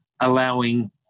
allowing